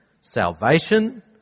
salvation